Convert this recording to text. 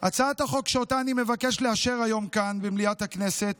הצעת החוק שאותה אני מבקש לאשר היום כאן במליאת הכנסת